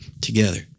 together